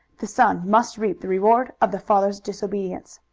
the son must reap the reward of the father's disobedience.